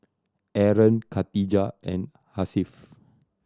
Aaron Khadija and Hasif